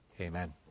Amen